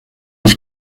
ich